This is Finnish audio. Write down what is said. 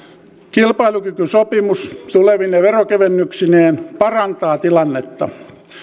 kilpailukykysopimus tulevine verokevennyksineen parantaa tilannetta